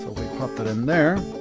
we popped that in there.